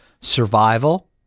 Survival